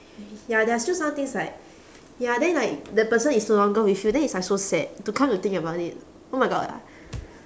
ya there are still some things like ya then like the person is no longer with you then it's like so sad to come to think about it oh my god lah